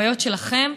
ועל החוויות שלכם.